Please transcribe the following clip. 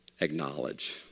Acknowledge